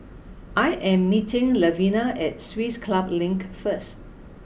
I am meeting Levina at Swiss Club Link first